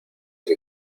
que